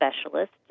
specialist